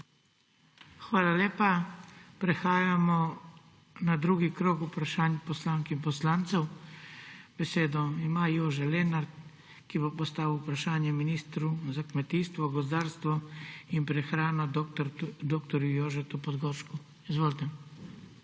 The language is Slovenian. Hvala lepa. Prehajamo na drugi krog vprašanj poslank in poslancev. Besedo ima Jože Lenart, ki bo postavil vprašanje ministru za kmetijstvo, gozdarstvo in prehrano dr. Jožetu Podgoršku. Izvolite.